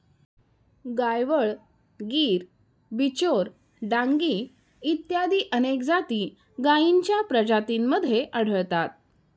गायवळ, गीर, बिचौर, डांगी इत्यादी अनेक जाती गायींच्या प्रजातींमध्ये आढळतात